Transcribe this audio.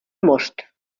most